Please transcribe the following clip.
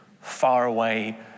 faraway